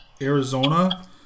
Arizona